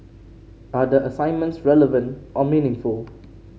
are the assignments relevant or meaningful